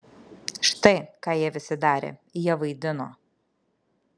štai ką jie visi darė jie vaidino